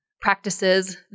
practices